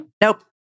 Nope